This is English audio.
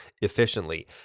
efficiently